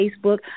Facebook